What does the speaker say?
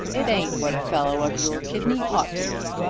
it ain't what a fellow of your kidney ought to be.